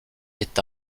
est